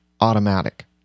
automatic